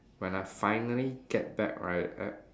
when I finally get back right err